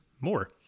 more